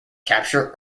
capture